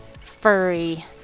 furry